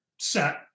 set